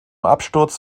absturz